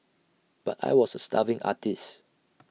but I was A starving artist